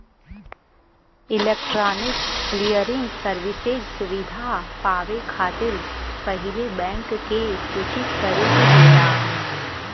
electronic clearing services सुविधा पावे खातिर पहिले बैंक के सूचित करे के होला